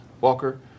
Walker